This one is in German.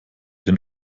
den